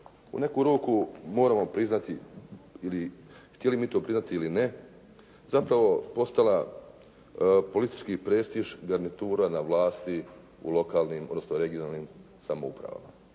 u neku ruku moramo priznati ili htjeli mi to priznati ili ne zapravo postala politički prestiž garnitura na vlasti u lokalnim, odnosno regionalnim samoupravama,